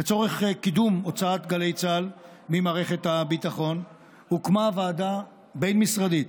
לצורך קידום הוצאת גלי צה"ל ממערכת הביטחון הוקמה ועדה בין-משרדית